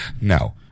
No